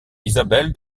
isabel